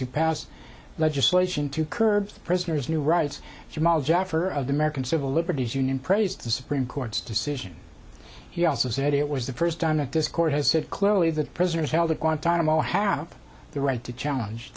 to pass legislation to curb the prisoners new rights jamal jaffer of the american civil liberties union praised the supreme court's decision he also said it was the first done that this court has said clearly that prisoners held at guantanamo have the right to challenge